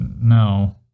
no